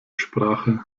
sprache